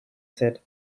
said